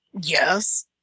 Yes